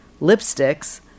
lipsticks